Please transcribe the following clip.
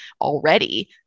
already